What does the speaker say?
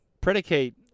predicate